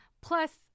Plus